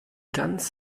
ganz